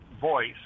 voice